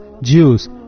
Jews